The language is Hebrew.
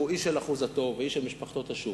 "איש אל אחוזתו ואיש אל משפחתו תשובו",